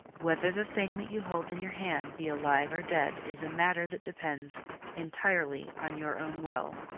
whether the thing that you hold in your hand be alive or dead is a matter that depends entirely on your own will.